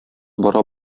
бара